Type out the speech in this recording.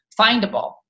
findable